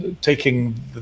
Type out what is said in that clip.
taking